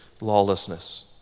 lawlessness